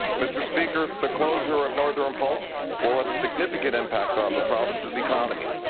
mr. speaker, the closure of northern pulp will have a significant impact on the province's economy.